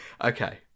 okay